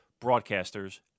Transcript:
broadcasters